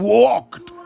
walked